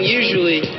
usually